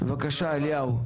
בבקשה אליהו.